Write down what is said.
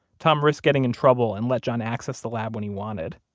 tom risked getting in trouble and let john access the lab when he wanted